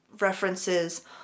references